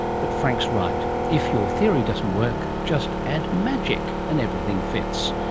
but frank's right. if your theory doesn't work, just add magic, and everything fits.